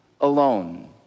alone